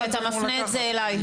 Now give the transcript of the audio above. כי אתה מפנה את זה אליי.